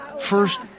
first